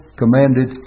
commanded